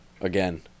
again